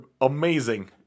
amazing